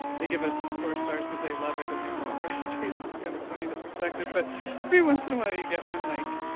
they give us four stars because they love it and they want more recipes. it's kind of funny the perspective but every once in a while you'll get one like,